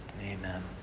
Amen